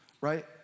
right